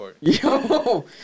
Yo